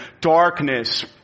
darkness